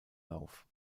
lauf